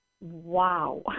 Wow